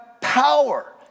power